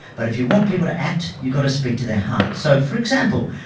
but if you want people to act, you've got to speak to their heart. so, for example,